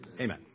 Amen